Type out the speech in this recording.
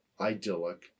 idyllic